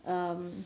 um